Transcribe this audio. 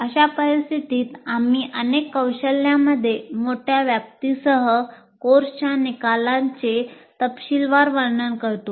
अशा परिस्थितीत आम्ही अनेक कौशल्यांमध्ये मोठ्या व्याप्तीसह कोर्सच्या निकालांचे तपशीलवार वर्णन करतो